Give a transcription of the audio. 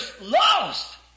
lost